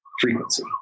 frequency